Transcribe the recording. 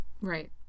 Right